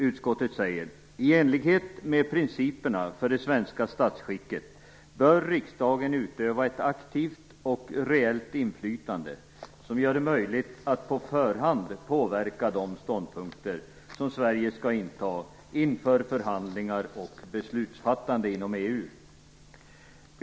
Utskottet säger: "I enlighet med principerna för det svenska statsskicket bör riksdagen utöva ett aktivt och reellt inflytande som gör det möjligt att på förhand påverka de ståndpunkter som Sverige skall inta inför förhandlingar och beslutsfattande inom EU.